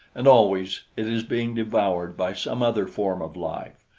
and always it is being devoured by some other form of life.